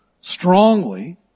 strongly